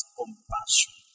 compassion